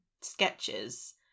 sketches